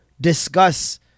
discuss